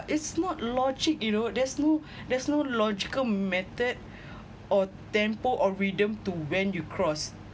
it's not logic you know there's no there's no logical method or tempo or rhythm to when you cross